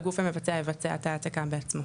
הגוף המבצע יבצע את ההעתקה בעצמו.